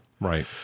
Right